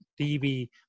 TV